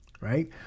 right